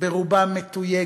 ברובה מתויגת,